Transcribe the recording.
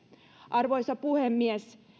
arvoisa puhemies